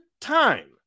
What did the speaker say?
time